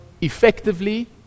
effectively